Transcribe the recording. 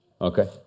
Okay